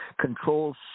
controls